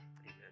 Amen